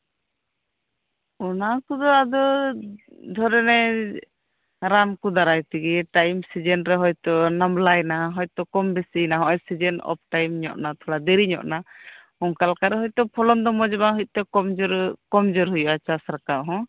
ᱚᱱᱟᱠᱚᱫᱚ ᱫᱷᱚᱨᱮ ᱱᱟᱣ ᱨᱟᱱ ᱠᱚ ᱫᱟᱨᱟᱭ ᱛᱮᱜᱮ ᱴᱟᱭᱤᱢ ᱥᱤᱡᱤᱱ ᱨᱮ ᱚᱱᱟᱢ ᱞᱟᱭᱤᱱᱟ ᱦᱚᱭᱛᱳ ᱚᱯᱷ ᱥᱤᱡᱤᱱᱮᱱᱟ ᱚᱱᱠᱟᱞᱮᱠᱟᱛᱮ ᱦᱚᱭᱛᱳ ᱠᱚᱢ ᱡᱩᱨᱤᱭᱮᱱᱟ ᱚᱱᱟ ᱞᱮᱠᱟᱛᱮᱫᱚ ᱪᱟᱥ ᱫᱚ ᱢᱚᱸᱡ ᱫᱚ ᱵᱟᱝ ᱦᱩᱭᱩᱜᱼᱟ ᱚᱯᱷ ᱥᱤᱡᱤᱱ ᱨᱮᱫᱚ